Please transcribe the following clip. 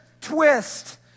twist